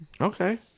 Okay